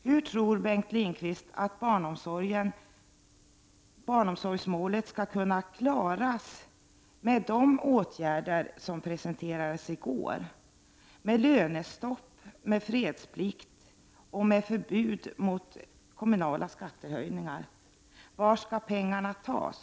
Hur tror Bengt Lindqvist att barnomsorgsmålet skall kunna klaras med de åtgärder som presenterades i går med lönestopp, med fredsplikt och med förbud mot kommunala skattehöjningar? Var skall pengarna tas?